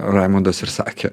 raimundas ir sakė